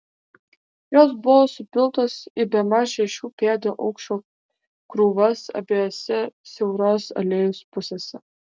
jos buvo supiltos į bemaž šešių pėdų aukščio krūvas abiejose siauros alėjos pusėse